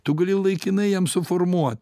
tu gali laikinai jam suformuot